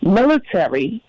military